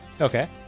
Okay